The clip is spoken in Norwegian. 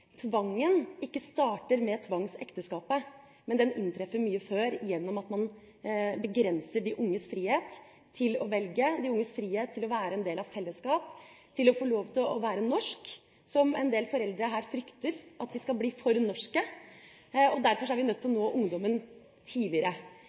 tvangen ikke starter med tvangsekteskapet, men den inntreffer mye før ved at man begrenser de unges frihet til å velge, de unges frihet til å være en del av fellesskapet, og til å få lov til å være norsk. En del foreldre frykter at de skal bli for norske. Derfor er vi nødt til